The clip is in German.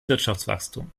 wirtschaftswachstum